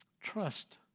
Trust